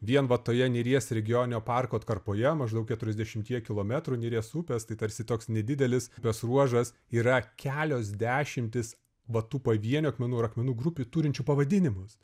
vien va toje neries regioninio parko atkarpoje maždaug keturiasdešimtyje kilometrų neries upės tai tarsi toks nedidelis bes ruožas yra kelios dešimtys va tų pavienių akmenų ir akmenų grupių turinčių pavadinimus